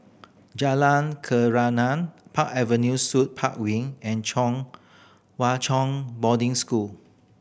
Jalan Park Avenue Suite Park Wing and Chong Hwa Chong Boarding School